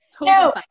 No